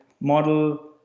model